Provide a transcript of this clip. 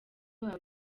wawe